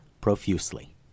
profusely